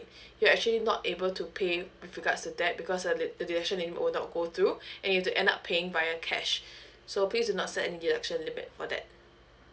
you actually not able to pay with regards to that because uh they they actually will not go through and you have to end up paying via cash so please do not set any deduction limit for that